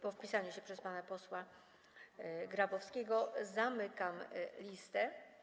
Po wpisaniu się pana posła Grabowskiego zamykam listę.